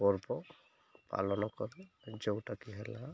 ପର୍ବ ପାଳନ କରେ ଯୋଉଟାକି ହେଲା